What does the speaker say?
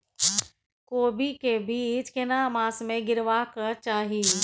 कोबी के बीज केना मास में गीरावक चाही?